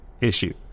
issue